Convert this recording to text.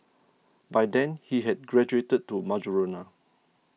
by then he had graduated to marijuana